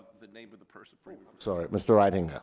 the name of the person sorry. mr. reitinger.